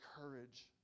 courage